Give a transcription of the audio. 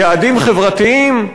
יעדים חברתיים?